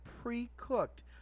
pre-cooked